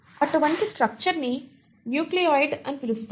అటువంటి స్ట్రక్చర్ ని న్యూక్లియోయిడ్ అని పిలుస్తారు